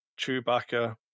Chewbacca